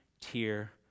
tear